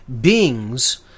beings